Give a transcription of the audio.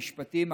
המשפטים,